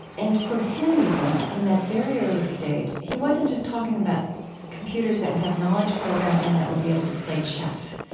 and for him even in that very early stage he wasn't just talking about computers that would have knowledge programmed in that would be able to play chess.